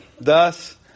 Thus